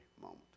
moment